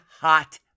hot